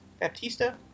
Baptista